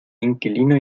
inquilino